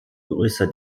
größer